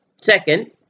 Second